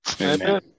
amen